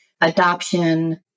adoption